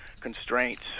constraints